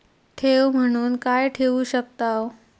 ठेव म्हणून काय ठेवू शकताव?